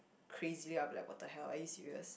crazily I'll be like what the hell are you serious